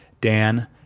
dan